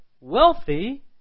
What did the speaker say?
wealthy